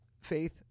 Faith